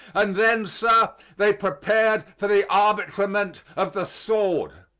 and then, sir, they prepared for the arbitrament of the sword